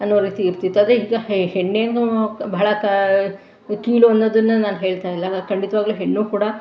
ಅನ್ನೋ ರೀತಿ ಇರ್ತಿತ್ತು ಆದರೆ ಈಗ ಹೆಣ್ಣೇನು ಬಹಳ ಕ ಕೀಳು ಅನ್ನೋದನ್ನ ನಾನು ಹೇಳ್ತಾಯಿಲ್ಲ ಖಂಡಿತವಾಗ್ಲೂ ಹೆಣ್ಣು ಕೂಡ